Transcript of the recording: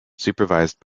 supervised